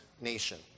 nation